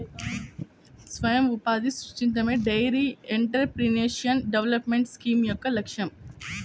స్వయం ఉపాధిని సృష్టించడమే డెయిరీ ఎంటర్ప్రెన్యూర్షిప్ డెవలప్మెంట్ స్కీమ్ యొక్క లక్ష్యం